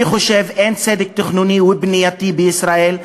אני חושב שאין צדק תכנוני ובנייתי בישראל,